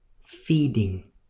feeding